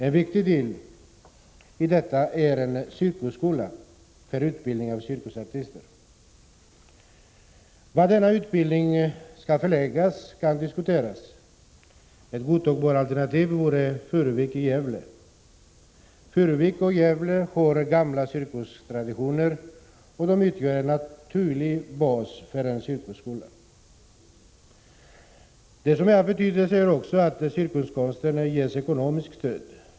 En viktig del i detta är en cirkusskola för utbildning av cirkusartister. Var denna utbildning skall förläggas kan diskuteras. Ett godtagbart alternativ vore Furuvik i Gävle, som har gamla cirkustraditioner och utgör en naturlig bas för en cirkusskola. Av betydelse är också att cirkuskonsten ges ekonomiskt stöd.